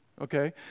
Okay